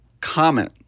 comment